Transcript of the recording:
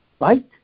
right